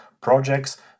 projects